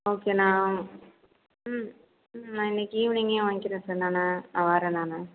okay நான் ம் ம் நான் இன்னைக்கு ஈவினிங்கே வாங்க்கிறேன் சார் நான் ஆ வரேன் நான்